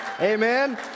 Amen